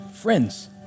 friends